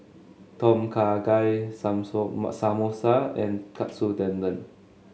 Tom Kha Gai Samosa and Katsu Tendon